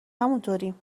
همونطوریم